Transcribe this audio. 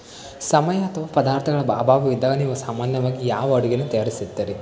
ಸಮಯ ಅಥವಾ ಪದಾರ್ಥಗಳ ಅಭಾವವಿದ್ದಾಗ ನೀವು ಸಾಮಾನ್ಯವಾಗಿ ಯಾವ ಅಡುಗೆಯನ್ನು ತಯಾರಿಸುತ್ತೀರಿ